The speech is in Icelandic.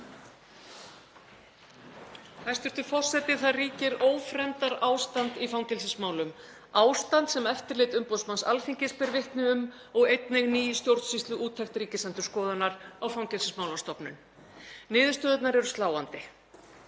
Hæstv. forseti. Það ríkir ófremdarástand í fangelsismálum, ástand sem eftirlit umboðsmanns Alþingis ber vitni um og einnig ný stjórnsýsluúttekt Ríkisendurskoðunar á Fangelsismálastofnun. Niðurstöðurnar eru sláandi.